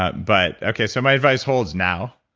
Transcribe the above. ah but okay, so my advice holds now.